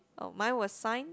oh mine was science